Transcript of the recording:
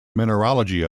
mineralogy